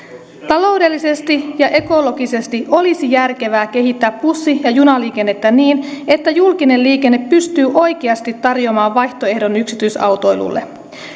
taloudellisesti ja ekologisesti olisi järkevää kehittää bussi ja junaliikennettä niin että julkinen liikenne pystyy oikeasti tarjoamaan vaihtoehdon yksi tyisautoilulle